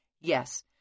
Yes